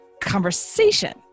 conversation